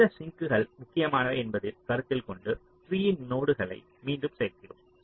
எந்த சிங்க்கள் முக்கியமானவை என்பதைக் கருத்தில் கொண்டு ட்ரீயில் நோடுகளை மீண்டும் சேர்க்கிறோம்